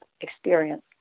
experience